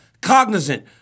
cognizant